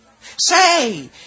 Say